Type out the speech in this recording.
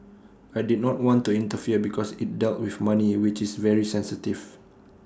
I did not want to interfere because IT dealt with money which is very sensitive